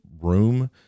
room